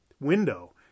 window